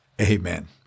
Amen